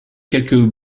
quelques